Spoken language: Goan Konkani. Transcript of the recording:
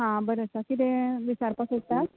आं बरें आसा कितें विचारपाक सोदता